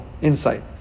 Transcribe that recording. insight